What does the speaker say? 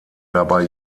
dabei